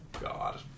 God